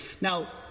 Now